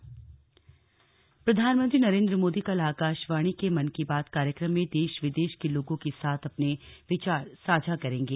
मन की बात प्रधानमंत्री नरेन्द्र मोदी कल आकाशवाणी के मन की बात कार्यक्रम में देश विदेश के लोगों के साथ अपने विचार साझा करेंगे